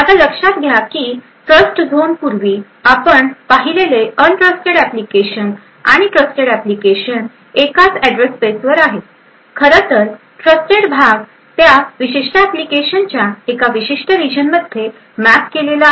आता लक्षात घ्या की ट्रस्टझोन पूर्वी आपण पाहिलेले अन्ट्रस्टेड ऍप्लिकेशन आणि ट्रस्टेड ऍप्लिकेशन एकाच अड्रेस स्पेस वर आहेत खरं तर ट्रस्टेड भाग त्या विशिष्ट ऍप्लिकेशनच्या एका विशिष्ट रिजन मध्ये मॅप केलेला आहे